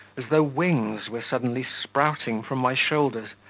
as though wings were suddenly sprouting from my shoulders.